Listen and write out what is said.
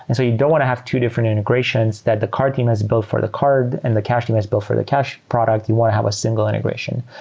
and so you don't want to have two different integrations that the card team has built for the card and the cash team has built for the cash product. you want to have a single integration.